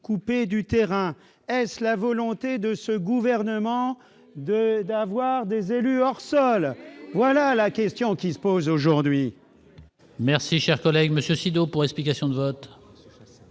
coupés du terrain. Est-ce la volonté de ce gouvernement d'avoir des élus hors sol ? Telle est la question qui se pose aujourd'hui